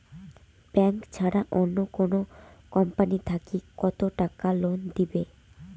Bank ছাড়া অন্য কোনো কোম্পানি থাকি কত টাকা লোন দিবে?